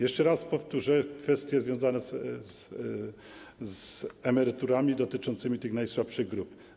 Jeszcze raz powtórzę kwestie związane z emeryturami dotyczącymi najsłabszych grup.